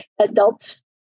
adults